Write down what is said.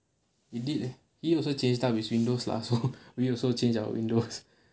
it did le he also change type of his windows lah so we also change our windows